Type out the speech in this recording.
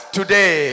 today